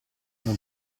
non